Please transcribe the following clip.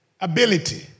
ability